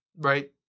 right